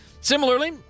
Similarly